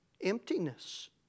emptiness